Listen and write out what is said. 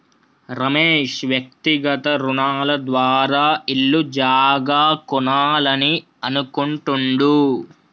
రమేష్ వ్యక్తిగత రుణాల ద్వారా ఇల్లు జాగా కొనాలని అనుకుంటుండు